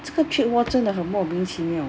这个 trade hor 真的很莫名其妙